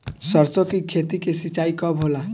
सरसों की खेती के सिंचाई कब होला?